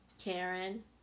Karen